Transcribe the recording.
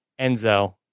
Enzo